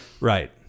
Right